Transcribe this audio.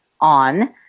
on